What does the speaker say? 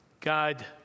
God